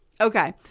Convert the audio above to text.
Okay